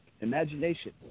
imagination